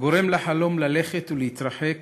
גורם לחלום ללכת ולהתרחק